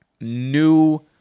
new